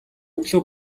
өглөө